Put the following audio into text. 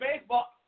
baseball